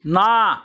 না